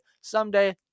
Someday